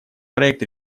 проект